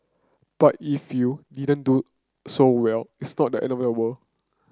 but if you didn't do so well it's not the end of the world